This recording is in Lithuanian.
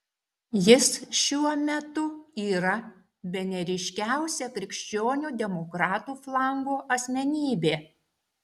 jis šiuo metu yra bene ryškiausia krikščionių demokratų flango asmenybė